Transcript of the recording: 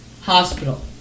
hospital